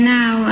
now